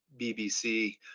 bbc